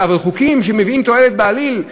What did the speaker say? אבל חוקים שמביאים תועלת בעליל,